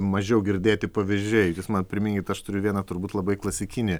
mažiau girdėti pavyzdžiai man priminkit aš turiu vieną turbūt labai klasikinį